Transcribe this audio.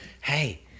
Hey